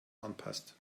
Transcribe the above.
anpasst